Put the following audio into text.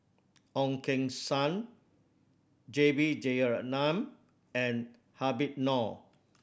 Ong Keng Sen J B Jeyaretnam and Habib Noh